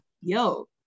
Yo